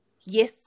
yes